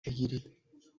بگیرید